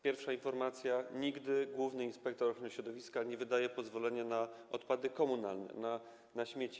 Pierwsza informacja: główny inspektor ochrony środowiska nigdy nie wydaje pozwolenia na odpady komunalne, na śmieci.